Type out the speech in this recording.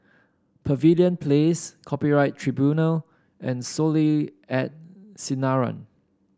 Pavilion Place Copyright Tribunal and Soleil and Sinaran